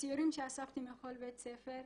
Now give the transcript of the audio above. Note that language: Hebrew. בציורים שאספתי מכל בית ספר,